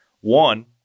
One